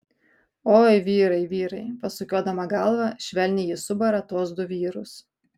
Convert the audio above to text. oi vyrai vyrai pasukiodama galvą švelniai ji subara tuos du vyrus